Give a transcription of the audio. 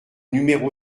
numéro